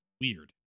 weird